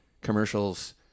commercials